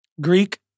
Greek